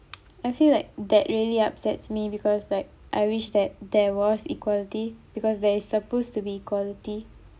I feel like that really upsets me because like I wish that there was equality because there is supposed to be quality